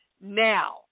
Now